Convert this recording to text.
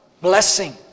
blessing